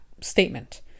statement